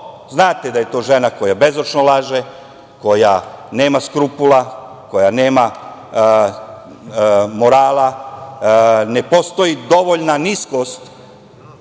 Znate da je to žena koja je bezočno laže, koja nema skrupula, koja nema morala, ne postoji dovoljna niskost